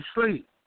sleep